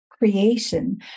Creation